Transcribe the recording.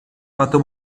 fatto